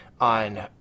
on